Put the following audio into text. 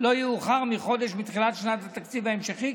לא יאוחר מחודש מתחילת שנת התקציב ההמשכי.